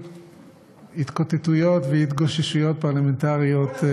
התקוטטויות והתגוששויות פרלמנטריות,